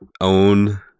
own